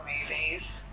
movies